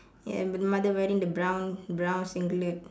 ya and the mother wearing the brown brown singlet